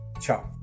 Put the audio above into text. ciao